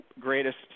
greatest